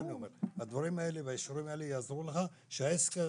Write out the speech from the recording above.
הדברים האל והאישורים האלה יעזרו לך והעסק שלך,